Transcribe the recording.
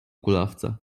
kulawca